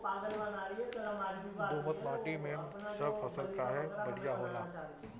दोमट माटी मै सब फसल काहे बढ़िया होला?